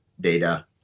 data